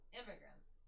immigrants